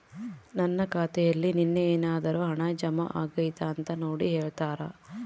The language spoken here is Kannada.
ನನ್ನ ಖಾತೆಯಲ್ಲಿ ನಿನ್ನೆ ಏನಾದರೂ ಹಣ ಜಮಾ ಆಗೈತಾ ಅಂತ ನೋಡಿ ಹೇಳ್ತೇರಾ?